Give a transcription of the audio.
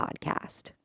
podcast